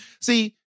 See